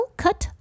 cut